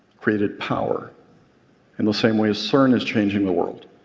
created power in the same way cern is changing the world,